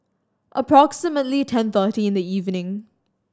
approximately ten thirty in the evening